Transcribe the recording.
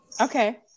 Okay